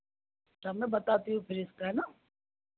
तब मैं बताती हूँ फिर इसका ना